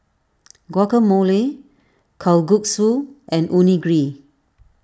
Guacamole Kalguksu and Onigiri